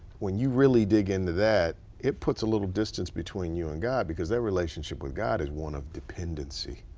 when you really dig into that. it puts a little distance between you and god because that relationship with god is one of dependency.